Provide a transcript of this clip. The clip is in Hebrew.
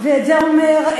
ואת זה אומר,